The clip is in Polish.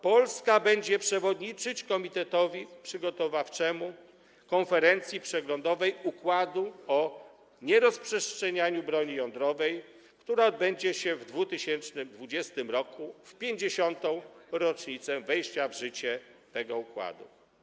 Polska będzie przewodniczyć komitetowi przygotowawczemu konferencji przeglądowej układu o nierozprzestrzenianiu broni jądrowej, która odbędzie się w 2020 r., w 50. rocznicę wejścia w życie tego układu.